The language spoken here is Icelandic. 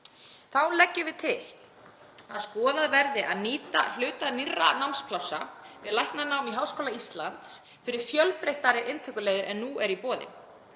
Þá leggjum við til að skoðað verði að nýta hluta nýrra námsplássa við læknanám í Háskóla Íslands fyrir fjölbreyttari inntökuleiðir en nú eru í boði.